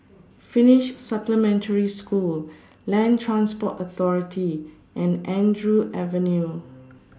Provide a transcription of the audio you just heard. Finnish Supplementary School Land Transport Authority and Andrew Avenue